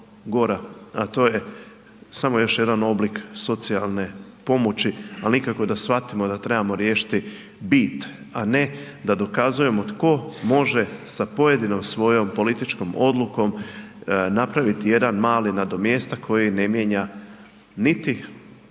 a to je samo još jedan oblik socijalne pomoći, al nikako da shvatimo da trebamo riješiti bit, a ne da dokazujemo tko može sa pojedinom svojom političkom odlukom napraviti jedan mali nadomjestak koji ne mijenja niti bit